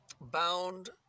bound